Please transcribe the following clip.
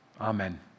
Amen